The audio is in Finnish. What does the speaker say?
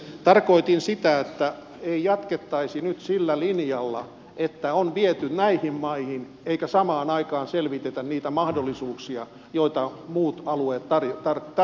tarkoitin sitä että ei jatkettaisi nyt sillä linjalla että on viety näihin maihin eikä samaan aikaan selvitetä niitä mahdollisuuksia joita muut alueet tarjoavat